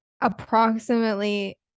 approximately